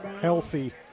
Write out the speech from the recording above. healthy